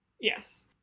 Yes